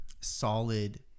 solid